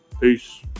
Peace